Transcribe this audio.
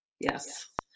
Yes